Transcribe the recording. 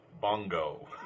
Bongo